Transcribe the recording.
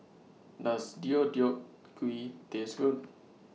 Does Deodeok Gui Taste Good